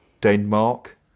Denmark